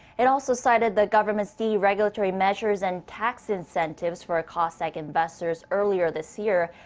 it also cited the government's deregulatory measures and tax incentives for kosdaq investors earlier this year.